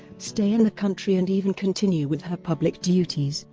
stay in the country and even continue with her public duties.